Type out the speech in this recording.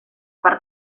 per